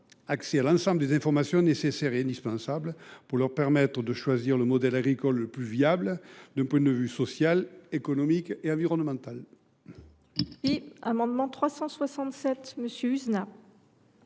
pas de l’ensemble des informations nécessaires et indispensables leur permettant de choisir le modèle agricole le plus viable d’un point de vue social, économique et environnemental.